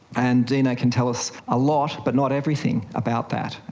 and dna can tell us a lot but not everything about that.